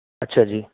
ਅੱਛਾ ਜੀ